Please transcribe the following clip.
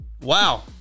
Wow